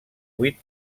vuit